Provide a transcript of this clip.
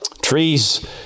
Trees